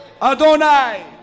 Adonai